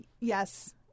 Yes